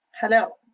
Hello